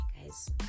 guys